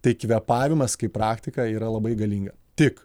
tai kvėpavimas kaip praktika yra labai galinga tik